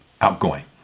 outgoing